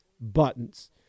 buttons